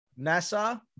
NASA